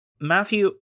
Matthew